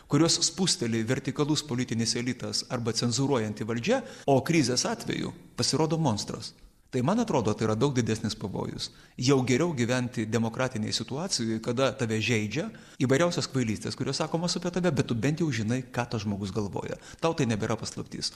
kuriuos spusteli vertikalus politinis elitas arba cenzūruojanti valdžia o krizės atveju pasirodo monstras tai man atrodo tai yra daug didesnis pavojus jau geriau gyventi demokratinėj situacijoj kada tave žeidžia įvairiausios kvailystės kurios sakomos apie tave bet tu bent jau žinai ką tas žmogus galvoja tau tai nebėra paslaptis